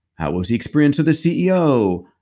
how was the experience with the ceo?